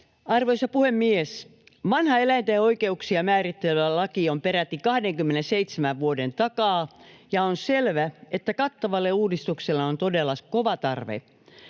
Arvoisa puhemies! Vanha eläinten oikeuksia määrittelevä laki on peräti 27 vuoden takaa, ja on selvää, että kattavalle uudistukselle on todella kova tarve.